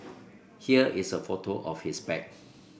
here is a photo of his bag